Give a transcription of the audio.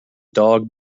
dog